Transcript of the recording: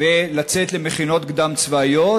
ולצאת למכינות קדם-צבאיות,